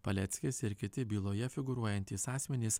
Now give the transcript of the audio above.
paleckis ir kiti byloje figūruojantys asmenys